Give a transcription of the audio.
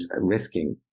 risking